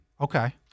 Okay